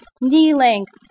knee-length